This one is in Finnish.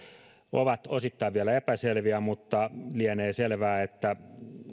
ovat osittain vielä epäselviä mutta lienee selvää että